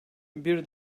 bir